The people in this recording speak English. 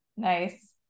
Nice